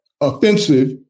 offensive